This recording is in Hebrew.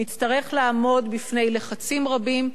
נצטרך לעמוד בפני לחצים רבים.